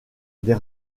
des